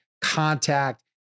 contact